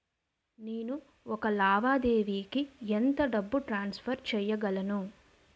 నేను ఒక లావాదేవీకి ఎంత డబ్బు ట్రాన్సఫర్ చేయగలను?